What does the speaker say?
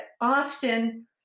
often